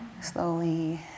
Slowly